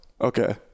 Okay